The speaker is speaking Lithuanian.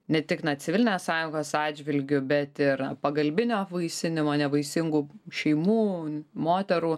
ne tik na civilinės sąjungos atžvilgiu bet ir pagalbinio apvaisinimo nevaisingų šeimų moterų